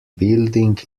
building